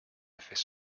effets